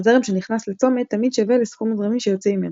הזרם שנכנס לצומת תמיד שווה לסכום הזרמים שיוצאים ממנו.